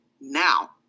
now